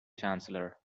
chancellor